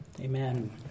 amen